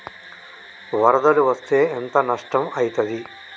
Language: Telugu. వరదలు వస్తే ఎంత నష్టం ఐతది?